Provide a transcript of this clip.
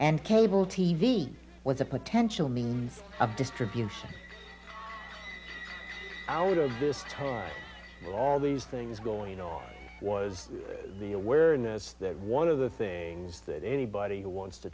and cable t v was a potential means of distribution out of this time all these things going on was the awareness that one of the things that anybody who wants to